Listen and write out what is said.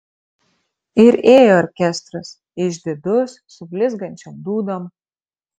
ir ėjo orkestras išdidus su blizgančiom dūdom